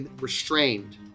restrained